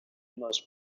most